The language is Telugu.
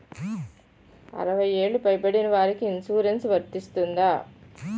అరవై ఏళ్లు పై పడిన వారికి ఇన్సురెన్స్ వర్తిస్తుందా?